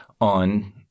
on